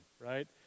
right